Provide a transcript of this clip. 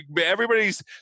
everybody's